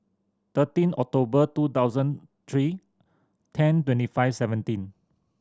thirteen October two thousand three ten twenty five seventeen